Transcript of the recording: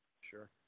Sure